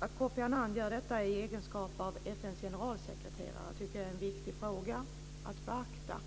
Att Kofi Annan gör detta i egenskap av FN:s generalsekreterare tycker jag är viktigt att beakta.